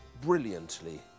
brilliantly